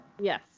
yes